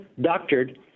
doctored